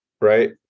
right